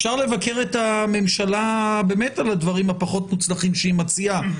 אפשר לבקר את הממשלה על הדברים הפחות מוצלחים שהיא מציעה,